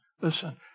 Listen